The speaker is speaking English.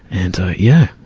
and, ah, yeah,